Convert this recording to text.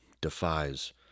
defies